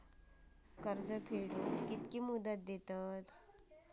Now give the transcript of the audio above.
कर्ज फेडूक कित्की मुदत दितात?